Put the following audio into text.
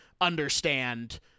understand